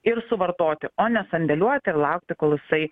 ir suvartoti o ne sandėliuoti ir laukti kol jisai